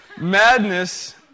Madness